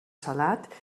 salat